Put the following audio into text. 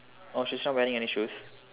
oh she's not wearing any shoes